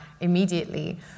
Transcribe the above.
immediately